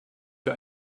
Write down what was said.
für